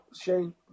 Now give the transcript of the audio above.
Shane